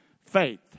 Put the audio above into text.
Faith